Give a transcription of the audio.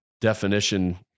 definition